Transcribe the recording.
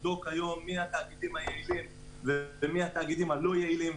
תבדוק היום מי התאגידים היעילים ומי הלא יעילים,